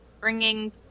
bringing